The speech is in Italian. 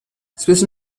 spesso